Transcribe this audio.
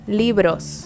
libros